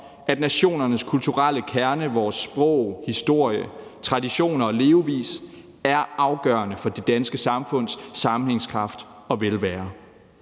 at nationernes kulturelle kerne, vores sprog, historie, traditioner og levevis er afgørende for det danske samfunds sammenhængskraft og velvære.